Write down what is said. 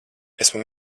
esmu